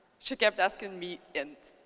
she kept asking me and